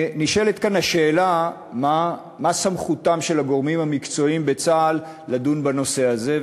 נשאלת כאן השאלה מה סמכותם של הגורמים המקצועיים בצה"ל לדון בנושא הזה.